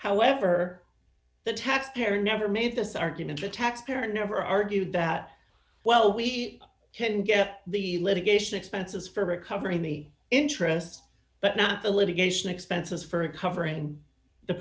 however the tax care never made this argument the taxpayer never argued that well we can get the litigation expenses for recovering the interest but not the litigation expenses for recovering the